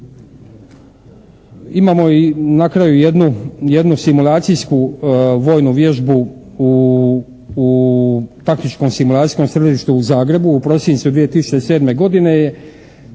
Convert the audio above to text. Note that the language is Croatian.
Imamo i na kraju jednu simulacijsku vojnu vježbu u taktičkom simulacijskom središtu u Zagrebu u prosincu 2007. godine